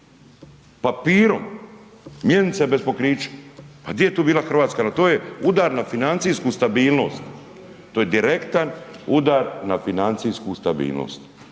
papirom mjenice bez pokrića. Pa gdje je tu bila Hrvatska? To je udar na financijsku stabilnost. To je direktan udar na financijsku stabilnost.